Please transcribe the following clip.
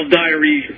diary